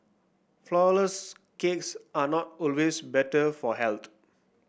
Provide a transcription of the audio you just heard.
flour less cakes are not always better for health